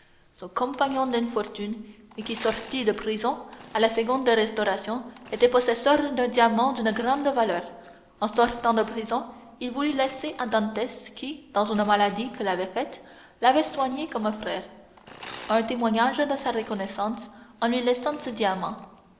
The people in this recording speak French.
son compagnon d'infortune et qui sortit de prison à la seconde restauration était possesseur d'un diamant d'une grande valeur en sortant de prison il voulut laisser à dantès qui dans une maladie qu'il avait faite l'avait soigné comme un frère un témoignage de sa reconnaissance en lui laissant ce diamant